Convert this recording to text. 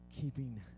keeping